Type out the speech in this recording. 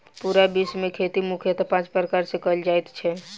पूरा विश्व मे खेती मुख्यतः पाँच प्रकार सॅ कयल जाइत छै